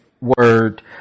word